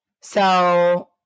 So-